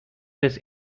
this